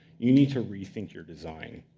you need to rethink your design,